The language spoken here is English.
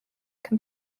can